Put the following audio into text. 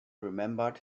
remembered